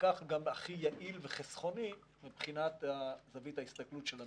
וכך גם הכי יעיל וחסכוני מבחינת זווית ההסתכלות של המדינה.